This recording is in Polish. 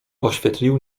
oświetlił